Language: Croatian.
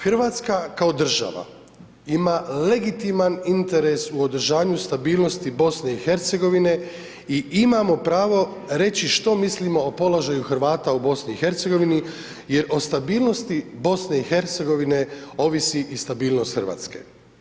Hrvatska kao država ima legitiman interes u održanju stabilnosti BiH i imamo pravo reći što mislimo o položaju Hrvata u BiH, jer o stabilnosti BiH ovisi i stabilnost Hrvatske.